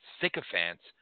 sycophants